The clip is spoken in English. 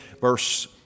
verse